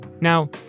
Now